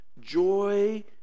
joy